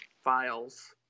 files